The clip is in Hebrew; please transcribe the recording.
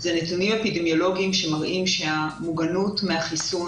אלה נתונים אפידמיולוגיים שמראים שהמוגנות מהחיסון